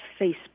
Facebook